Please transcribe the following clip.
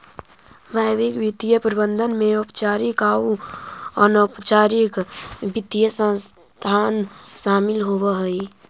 वैश्विक वित्तीय प्रबंधन में औपचारिक आउ अनौपचारिक वित्तीय संस्थान शामिल होवऽ हई